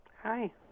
Hi